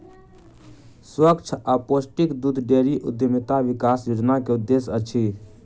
स्वच्छ आ पौष्टिक दूध डेयरी उद्यमिता विकास योजना के उद्देश्य अछि